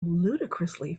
ludicrously